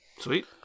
sweet